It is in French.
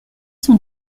sont